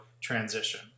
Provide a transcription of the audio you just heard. transition